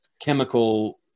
chemical